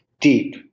Deep